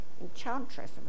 enchantress